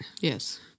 Yes